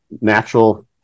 natural